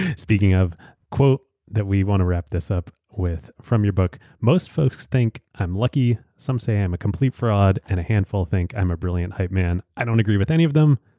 speaking of a quote that we want to wrap this up with from your book, most folks think i'm lucky. some say, i'm a complete fraud and a handful think i'm a brilliant hype man. i don't agree with any of them,